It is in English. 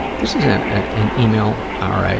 this is a, a, an email, or a,